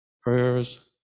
prayers